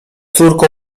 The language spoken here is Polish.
córką